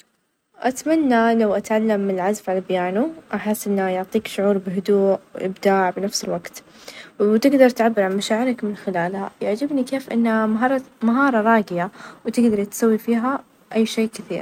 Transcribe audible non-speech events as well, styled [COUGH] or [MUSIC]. والله ودي أسافر اليابان أحس إن ثقافتهم مختلفة تماما، وجميلة [HESITATION] غير كذا ،الطبيعة هناك خرافية خاصة في موسم تفاتح الساكورة، تجربة جديدة ومثيرة.